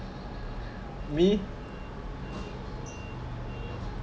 me